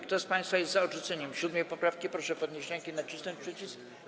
Kto z państwa jest za odrzuceniem 7. poprawki, proszę podnieść rękę i nacisnąć przycisk.